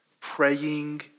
praying